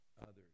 others